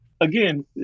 Again